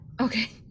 Okay